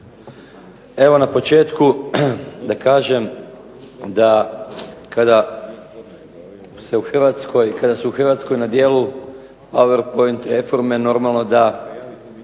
Evo na početku da kažem da kada su u Hrvatskoj na djeluju powerpoint reforme normalno da